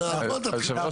אז בוא תתחיל לדבר לעניין.